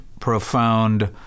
profound